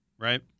right